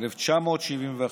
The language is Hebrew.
1971,